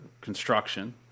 construction